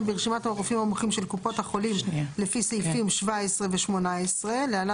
ברשימת הרופאים המומחים של קופות החולים לפי סעיפים 17 ו-18 (להלן